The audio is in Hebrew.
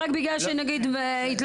רק בגלל איך שהתלבשו?